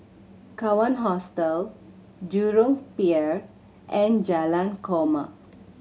Kawan Hostel Jurong Pier and Jalan Korma